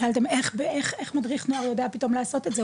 שאלתם איך מדריך נוער יודע פתאום לעשות את זה,